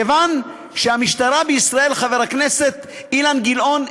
כיוון שהמשטרה בישראל, חבר הכנסת אילן גילאון,